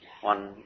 One